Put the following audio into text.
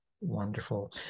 Wonderful